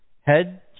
Head